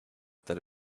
that